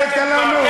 שיגעתם כבר.